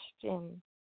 question